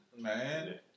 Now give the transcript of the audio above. Man